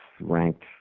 ranked